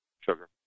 Sugar